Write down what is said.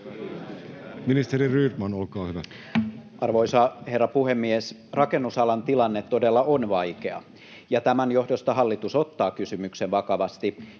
Time: 16:03 Content: Arvoisa herra puhemies! Rakennusalan tilanne todella on vaikea, ja tämän johdosta hallitus ottaa kysymyksen vakavasti,